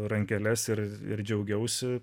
rankeles ir džiaugiausi